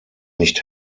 nicht